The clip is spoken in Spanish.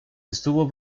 estuvo